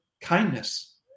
kindness